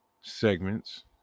segments